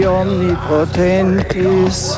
omnipotentis